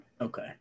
Okay